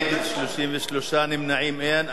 נגד, 33, נמנעים, אין.